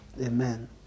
Amen